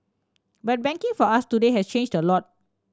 but banking for us today has changed a lot